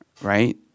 right